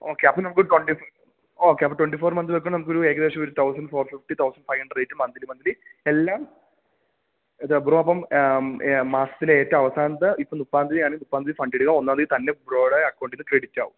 okay അപ്പോള് നമുക്ക് okay അപ്പോള് ട്വൊൻടി ഫോർ മന്ത് വെയ്ക്കുകയാണെങ്കില് നമുക്കൊരു ഏകദേശമൊരു thousand four fifty thousand five hundred rate monthly monthly എല്ലാം ബ്രോ അപ്പം മാസത്തിലെ ഏറ്റവും അവസാനത്തെ ഇപ്പോള് മുപ്പതാം തീയതിയാണെങ്കില് മുപ്പതാം തീയതി ഫണ്ടിടുക ഒന്നാം തീയതി തന്നെ ബ്രോയുടെ അക്കൌണ്ടില് നിന്ന് ക്രെഡിറ്റാകും